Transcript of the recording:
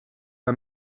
bei